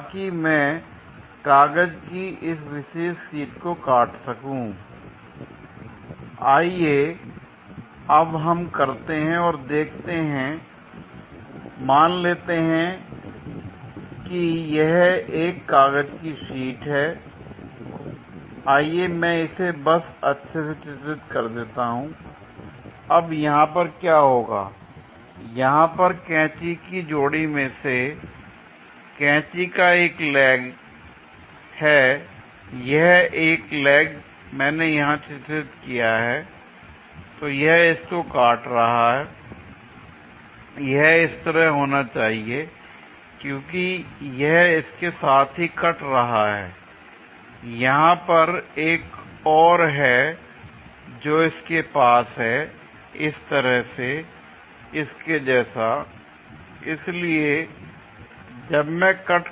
ताकि मैं कागज की इस विशेष शीट को काट शकु l आइए अब हम करते हैं और देखते मान लेते हैं कि यह एक कागज की शीट है आइए मैं इसे बस अच्छे से चित्रित कर देता हूं l अब यहां पर क्या होगा यहां पर कैची की जोड़ी में से कैंची का एक लेग है यह एक लेग मैंने यहां चित्रित किया है l तो यह इसको काट रहा है l यह इस तरह होना चाहिए क्योंकि यह इसके साथ ही कट रहा है l यहां पर एक और है जो इसके पास है इस तरह से इसके जैसा l इसलिए जब मैं कट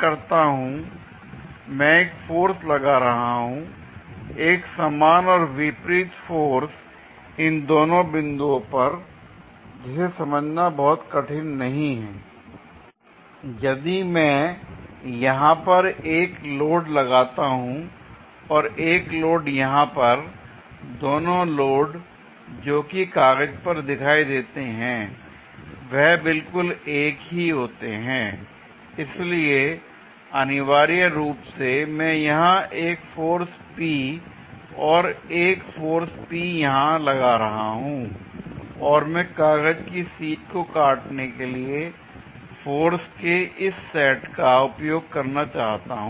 करता हूं मैं एक फोर्स लगा रहा हूं एक समान और विपरीत फोर्स इन दोनों बिंदुओं पर जिसे समझना बहुत कठिन नहीं है l यदि मैं यहां पर एक लोड लगाता हूं और एक लोड यहां पर दोनों लोड जोकि कागज पर दिखाई देते हैं वह बिल्कुल एक ही होते हैं l इसलिए अनिवार्य रूप से मैं यहां एक फोर्स P और एक फोर्स P यहां लगा रहा हूं और मैं कागज की शीट को काटने के लिए फोर्स के इस सेट का उपयोग करना चाहता हूं